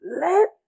Let